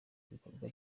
igikorwa